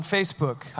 Facebook